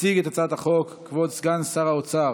יציג את הצעת החוק כבוד סגן שר האוצר